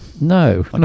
No